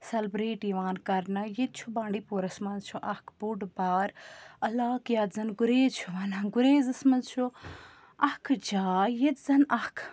celebrate یِوان کَرنہٕ ییٚتہِ چھُ بانٛڈی پوراہس منٛز چھُ اَکھ بوٚڑ بار علاقہٕ یَتھ زَن گُریز چھِ وَنان گُریزَس منٛز چھُ اَکھ جاے ییٚتہِ زَن اَکھ